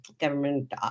government